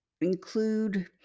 include